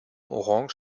orange